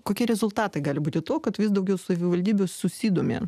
kokie rezultatai gali būti to kad vis daugiau savivaldybių susidomi